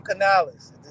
Canales